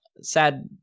sad